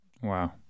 Wow